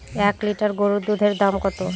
এক লিটার গরুর দুধের দাম কত?